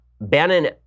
Bannon